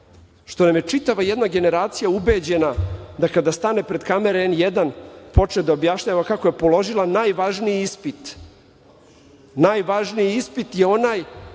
što nam je čitava jedna generacije ubeđena da kada stane pred kamere N1 počne da objašnjava kako je položila najvažniji ispit. Najvažniji ispit je onaj